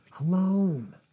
alone